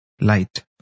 light